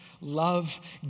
love